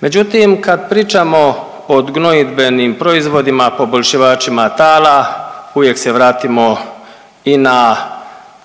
Međutim, kad pričamo o gnojidbenim proizvodima, poboljšivačima tala uvijek se vratimo i na